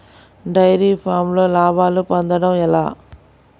Dairy ఫామ్లో లాభాలు పొందడం ఎలా?